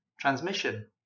transmission